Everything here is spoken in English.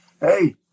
Hey